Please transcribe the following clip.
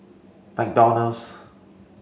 McDonald's